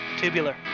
Tubular